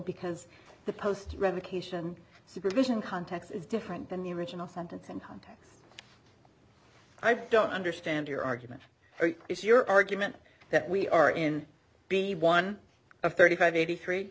because the post revocation supervision context is different than the original sentence in context i don't understand your argument is your argument that we are in be one of thirty five eighty three